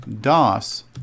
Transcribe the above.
DOS